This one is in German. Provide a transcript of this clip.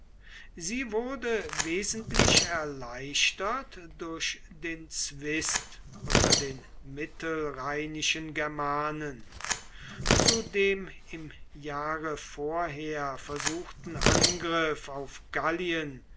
sie wurde wesentlich erleichtert durch den zwist unter den mittelrheinischen germanen zu dem im jahre vorher versuchten angriff auf gallien